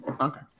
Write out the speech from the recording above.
Okay